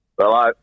Hello